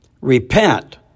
Repent